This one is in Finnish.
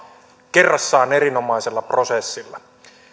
kerrassaan erinomaisella prosessilla